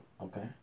Okay